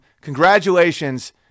congratulations